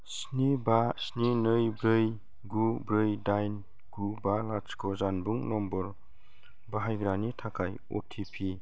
स्नि बा स्नि नै ब्रै गु ब्रै दाइन गु बा लाथिख' जानबुं नम्बर बाहायग्रानि थाखाय अ टि पि